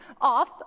off